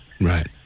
right